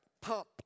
pump